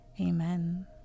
amen